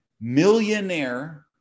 Millionaire